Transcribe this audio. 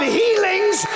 healings